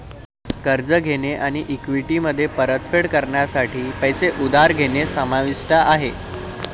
कर्ज घेणे आणि इक्विटीमध्ये परतफेड करण्यासाठी पैसे उधार घेणे समाविष्ट आहे